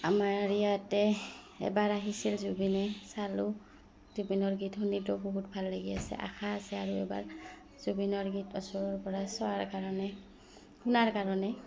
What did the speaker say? আমাৰ ইয়াতে এবাৰ আহিছিল জুবিনে চালোঁ জুবিনৰ গীত শুনিতো বহুত ভাল লাগি আছে আশা আছে আৰু এবাৰ জুবিনৰ গীত ওচৰৰ পৰা চোৱাৰ কাৰণে শুনাৰ কাৰণেই